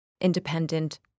independent